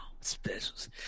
Specials